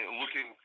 looking